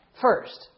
First